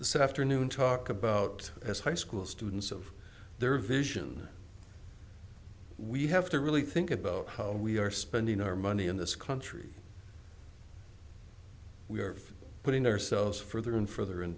said afternoon talk about as high school students of their vision we have to really think about how we are spending our money in this country we are putting ourselves further and further in